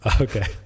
Okay